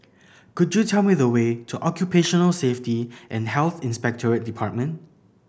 could you tell me the way to Occupational Safety and Health Inspectorate Department